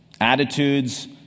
attitudes